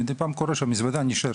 ומדי פעם קורה שהמזוודה נשארת.